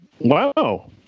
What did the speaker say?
Wow